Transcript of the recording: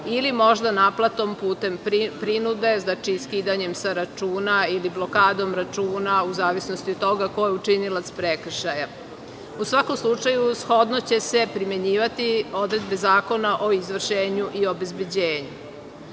ili možda naplatom putem prinude, znači skidanjem sa računa ili blokadom računa u zavisnosti od toga ko je učinilac prekršaja. U svakom slučaju, shodno će se primenjivati odredbe Zakona o izvršenju i obezbeđenju. Smatramo